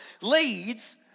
leads